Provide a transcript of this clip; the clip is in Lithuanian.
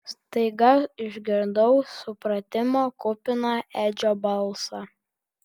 staiga išgirdau supratimo kupiną edžio balsą